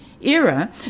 Era